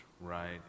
right